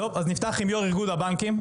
נפתח עם מנכ"ל איגוד הבנקים,